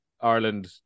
Ireland